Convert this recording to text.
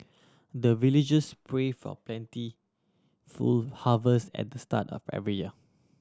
the villagers pray for plentiful harvest at the start of every year